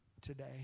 today